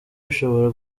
bishobora